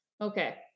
Okay